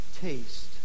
taste